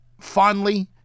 fondly